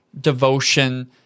devotion